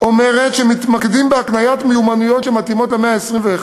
אומרת שמתמקדים בהקניית מיומנויות שמתאימות למאה ה-21,